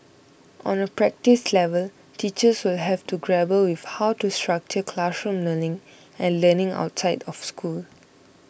on a practice level teachers will have to grapple with how to structure classroom learning and learning outside of school